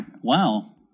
Wow